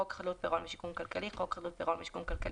יבוא: ""חוק חדלות פירעון ושיקום כלכלי" חוק חדלות פירעון ושיקום כלכלי,